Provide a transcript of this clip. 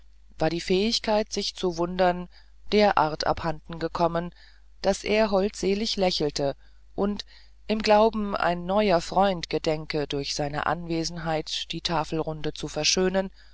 war die fähigkeit sich zu wundern derart abhandengekommen daß er nur holdselig lächelte und im glauben ein neuer freund gedenke durch seine anwesenheit die tafelrunde zu verschönen